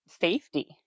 safety